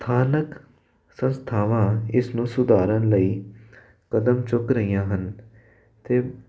ਸਥਾਨਕ ਸੰਸਥਾਵਾਂ ਇਸ ਨੂੰ ਸੁਧਾਰਨ ਲਈ ਕਦਮ ਚੁੱਕ ਰਹੀਆਂ ਹਨ ਅਤੇ